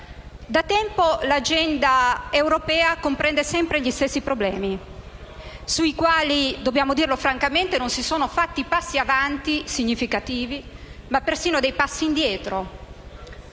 Da tempo l'agenda europea comprende sempre gli stessi problemi, sui quali francamente dobbiamo dire che non si sono fatti passi avanti significativi, ma persino dei passi indietro,